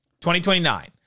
2029